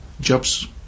jobs